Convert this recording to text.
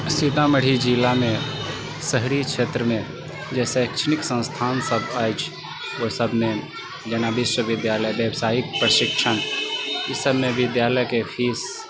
सीतामढ़ी जिलामे शहरी क्षेत्रमे जे शैक्षणिक संस्थान सब अछि ओ सबमे जेना विश्वविद्यालय व्यावसायिक प्रशिक्षण ई सबमे विद्यालय के फीस